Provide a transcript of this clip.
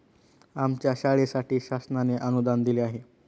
आमच्या शाळेसाठी शासनाने अनुदान दिले आहे